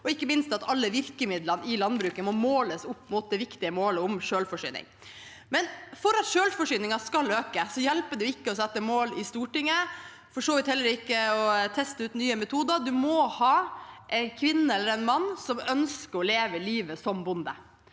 og ikke minst at alle virkemidlene i landbruket må måles opp mot det viktige målet om selvforsyning. For at selvforsyningen skal øke, hjelper det ikke å sette mål i Stortinget – og for så vidt heller ikke å teste ut nye metoder. Man må ha en kvinne eller mann som ønsker å leve livet som bonde.